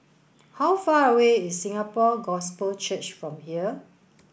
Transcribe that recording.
how far away is Singapore Gospel Church from here